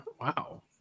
wow